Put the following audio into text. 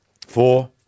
four